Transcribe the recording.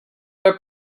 but